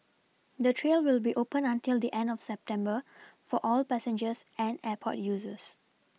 the trail will be open until the end of September for all passengers and airport users